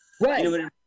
Right